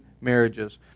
marriages